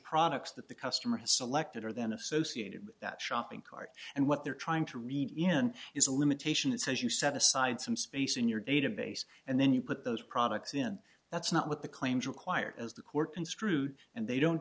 products that the customer has selected are then associated with that shopping cart and what they're trying to read in is a limitation that says you set aside some space in your database and then you put those products in that's not what the claims require as the court construed and they don't